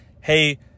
Hey